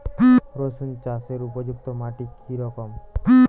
রুসুন চাষের উপযুক্ত মাটি কি রকম?